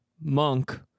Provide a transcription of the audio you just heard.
Monk